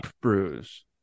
bruise